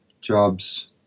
jobs